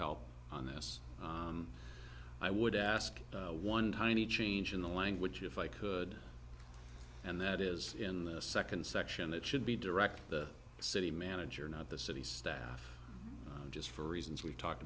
help on this i would ask one tiny change in the language if i could and that is in the second section it should be direct the city manager not the city staff just for reasons we talked